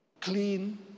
Clean